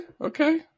Okay